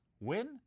win